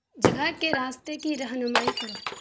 جگہ کے راستے کی رہنمائی کرو